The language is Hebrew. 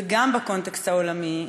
וגם בקונטקסט העולמי,